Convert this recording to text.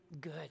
good